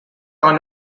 are